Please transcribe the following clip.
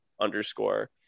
underscore